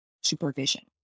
supervision